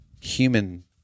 human